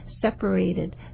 separated